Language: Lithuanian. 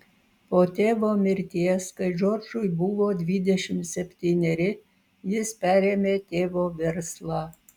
po tėvo mirties kai džordžui buvo dvidešimt septyneri jis perėmė tėvo verslą